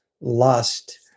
lust